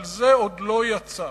אבל זה עוד לא יצא.